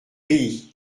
pays